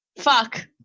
Fuck